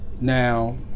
now